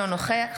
אינו נוכח